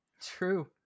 True